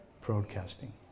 broadcasting